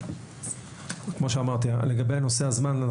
כמו שאמרתי לגבי נושא הזמן,